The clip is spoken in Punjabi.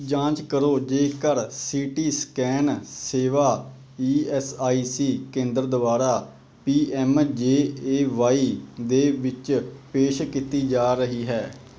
ਜਾਂਚ ਕਰੋ ਜੇਕਰ ਸੀ ਟੀ ਸਕੈਨ ਸੇਵਾ ਈ ਐੱਸ ਆਈ ਸੀ ਕੇਂਦਰ ਦੁਆਰਾ P M J A Y ਦੇ ਵਿੱਚ ਪੇਸ਼ ਕੀਤੀ ਜਾ ਰਹੀ ਹੈ